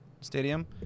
stadium